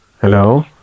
Hello